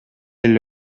эле